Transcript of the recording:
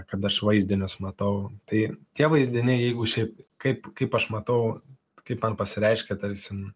kad aš vaizdinius matau tai tie vaizdiniai jeigu šiaip kaip kaip aš matau kaip man pasireiškia tarsim